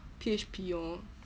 P_H_P orh